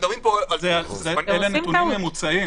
על זמנים